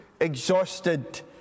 exhausted